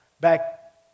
back